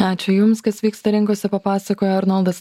ačiū jums kas vyksta rinkose papasakojo arnoldas